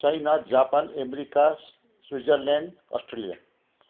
China Japan America Switzerland Australia